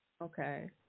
Okay